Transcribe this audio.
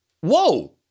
whoa